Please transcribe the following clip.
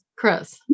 Chris